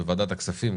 בוועדת הכספים,